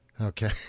Okay